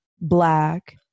black